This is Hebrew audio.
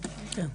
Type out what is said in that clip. כן.